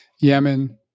Yemen